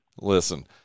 Listen